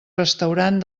restaurant